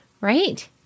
right